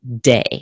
day